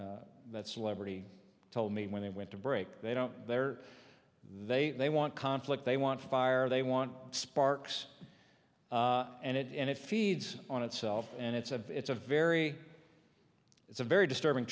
that celebrity told me when they went to break they don't they're they they want conflict they want fire they want sparks and it feeds on itself and it's a it's a very it's a very disturbing